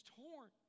torn